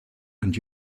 and